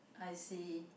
I see